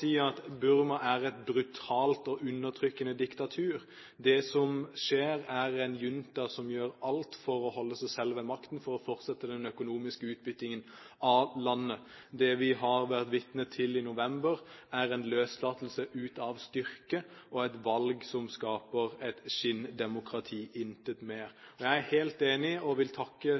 si at Burma er et brutalt og undertrykkende diktatur. Det som vi ser, er en junta som gjør alt for å holde seg selv ved makten for å fortsette den økonomiske utbyttingen av landet. Det vi har vært vitne til i november, er en løslatelse ut av styrke og et valg som skaper et skinndemokrati, intet mer. Jeg er helt enig i – og vil takke